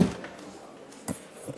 את ישיבת הכנסת.